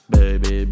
Baby